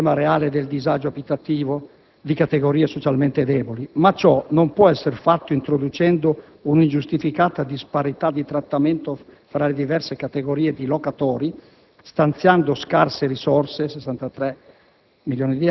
il problema reale del disagio abitativo di categorie socialmente deboli, ma ciò non può essere fatto introducendo un'ingiustificata disparità di trattamento tra le diverse categorie di locatori, stanziando poche risorse (63